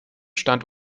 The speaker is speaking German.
stand